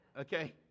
okay